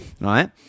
Right